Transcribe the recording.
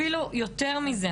אפילו יותר מזה,